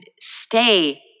stay